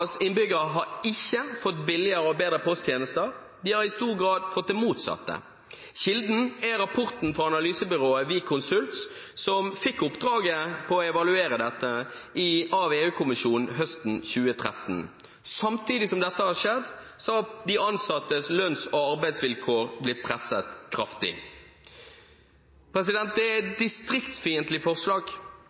innbyggere har ikke fått billigere og bedre posttjenester, de har i stor grad fått det motsatte. Kilden er rapporten fra analysebyrået WIK Consult, som fikk oppdraget med å evaluere dette av EU-kommisjonen høsten 2013. Samtidig som dette har skjedd, har de ansattes lønns- og arbeidsvilkår blitt presset kraftig. Det er et distriktsfiendtlig forslag.